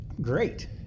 Great